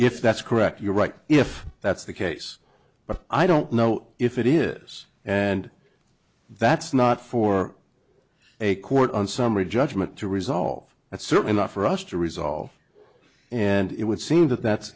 if that's correct you're right if that's the case but i don't know if it is and that's not for a court on summary judgment to resolve that's certainly not for us to resolve and it would seem that that's